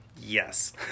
Yes